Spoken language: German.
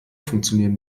funktionieren